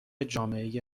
جامعه